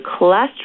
cholesterol